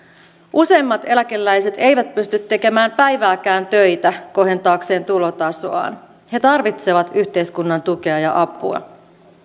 useimmat eläkeläiset eivät pysty tekemään päivääkään töitä kohentaakseen tulotasoaan he tarvitsevat yhteiskunnan tukea ja apua